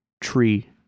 tree